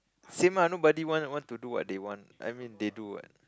same ah nobody want what to do what they want I mean they do what